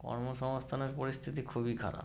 কর্মসংস্থানের পরিস্থিতি খুবই খারাপ